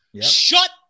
Shut